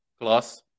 class